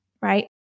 right